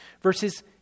Verses